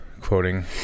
quoting